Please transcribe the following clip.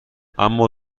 اما